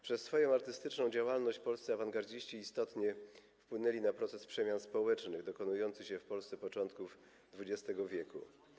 Przez swoją artystyczną działalność polscy awangardziści istotnie wpłynęli na proces przemian społecznych dokonujący się w Polsce początków XX wieku.